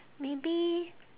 maybe